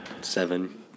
seven